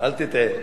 אל תטעה.